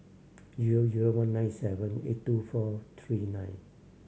zero zero one nine seven eight two four three nine